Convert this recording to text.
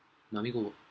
I mean who